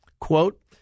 Quote